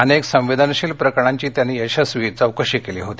अनेक संवेदनशील प्रकरणांची त्यांनी यशस्वी चौकशी केली होती